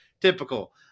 typical